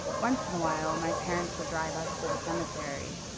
once in awhile, my parents would drive us to the cemetery.